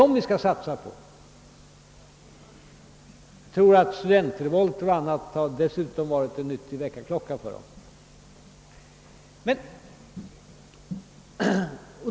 Jag tror dessutom att studentrevoliter och annat har varit en nyttig väckarklocka för dem.